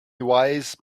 wise